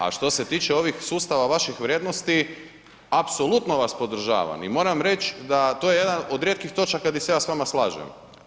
A što se tiče ovih sustava vaših vrijednosti, apsolutno vas podržavam i moram reći da je to jedan od rijetkih točaka di se ja s vama slažem.